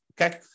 Okay